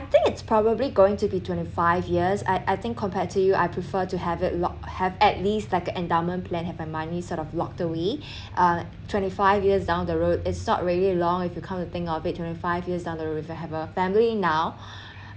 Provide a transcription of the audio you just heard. I think it's probably going to be twenty five years I I think compared to you I prefer to have it locked have at least like a endowment plan have my money sort of locked away uh twenty five years down the road it's not really long if you come to think of it twenty five years down the road if you have a family now